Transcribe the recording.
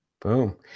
Boom